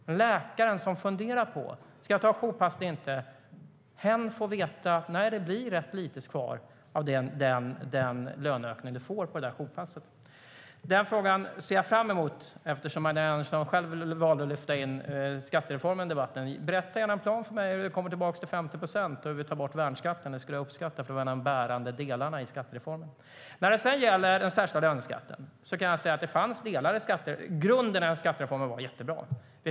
Men läkaren som funderar på om hen ska ta ett jourpass eller inte får veta att det blir rätt lite kvar av den löneökning jourpasset ger. När det gäller den särskilda löneskatten var grunden i skattereformen jättebra.